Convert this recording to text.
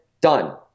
Done